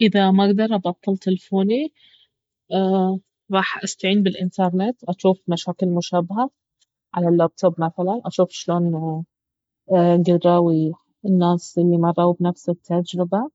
اذا ماقدر ابطل تلفوني راح استعين بالانترنت اجوف مشاكل مشابهة على اللابتوب مثلا اجوف شلون قدرو الناس الي مروا بنفس التجربة